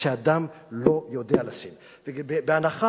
כשאדם לא יודע לשים בהנחה,